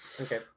Okay